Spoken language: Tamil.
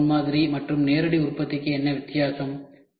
செயல்பாட்டு முன்மாதிரி மற்றும் நேரடி உற்பத்திக்கு என்ன வித்தியாசம்